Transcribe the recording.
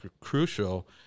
crucial